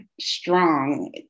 strong